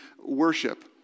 worship